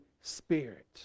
Spirit